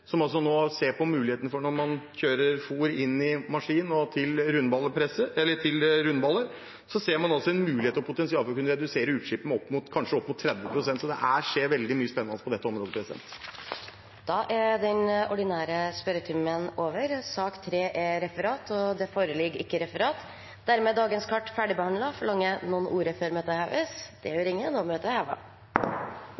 på muligheten og potensialet for – når man kjører fôr inn i maskin og til rundballer – å kunne redusere utslippet med kanskje opp mot 30 pst. Det skjer veldig mye spennende på dette området. Dermed er sak nr. 2 ferdigbehandlet. Det foreligger ikke noe referat. Dermed er dagens kart ferdigbehandlet. Forlanger noen ordet før møtet heves?